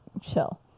Chill